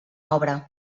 obra